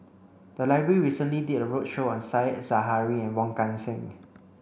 the library recently did a roadshow on Said Zahari and Wong Kan Seng